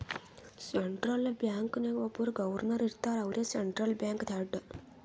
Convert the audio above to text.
central bank ನಾಗ್ ಒಬ್ಬುರ್ governor ಇರ್ತಾರ ಅವ್ರೇ ಸೆಂಟ್ರಲ್ ಬ್ಯಾಂಕ್ದು ಹೆಡ್